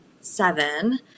seven